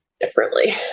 differently